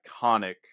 iconic